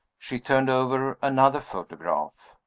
she turned over another photograph.